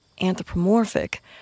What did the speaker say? anthropomorphic